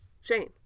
Shane